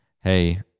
hey